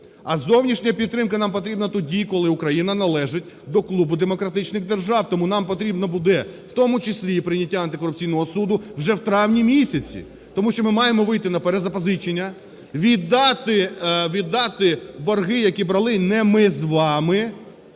а зовнішня підтримка нам потрібна тоді, коли Україна належить до клубу демократичних держав. Тому нам потрібно буде в тому числі прийняття антикорупційного суду вже в травні місяці. Тому що ми маємо вийти на перезапозичення, віддати борги, які брали не ми з вами.